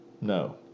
no